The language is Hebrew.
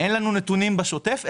אין לנו נתונים בשוטף,